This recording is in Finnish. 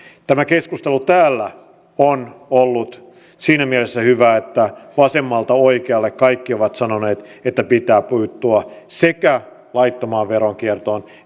tämä keskustelu täällä on ollut siinä mielessä hyvää että vasemmalta oikealle kaikki ovat sanoneet että pitää puuttua laittomaan veronkiertoon